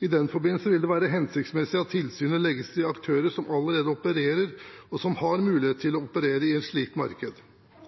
I den forbindelse vil det være hensiktsmessig at tilsynet legges til aktører som allerede opererer eller har mulighet for å operere i